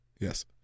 Yes